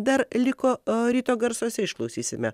dar liko o ryto garsuose išklausysime